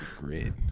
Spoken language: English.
great